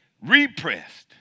repressed